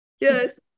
yes